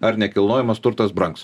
ar nekilnojamas turtas brangs